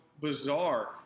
bizarre